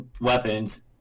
weapons